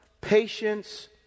patience